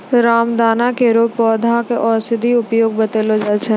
रामदाना केरो पौधा क औषधीय उपयोग बतैलो जाय छै